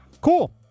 Cool